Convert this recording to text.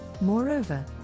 Moreover